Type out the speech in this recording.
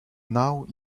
now